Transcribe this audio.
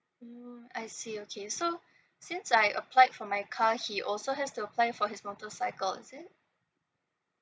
oo I see okay so since I applied for my car she also has to apply for his motorcycle is it